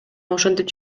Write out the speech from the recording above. ошентип